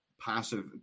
passive